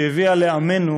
שהביאה על עמנו